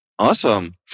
Awesome